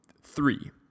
Three